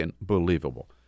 believable